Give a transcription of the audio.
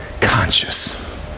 conscious